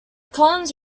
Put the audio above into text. collins